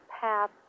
path